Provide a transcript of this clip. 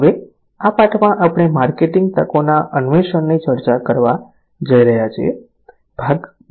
હવે આ પાઠમાં આપણે માર્કેટીંગ તકોના અન્વેષણની ચર્ચા કરવા જઈ રહ્યા છીએ ભાગ 2